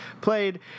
played